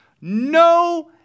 No